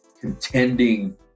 contending